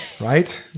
right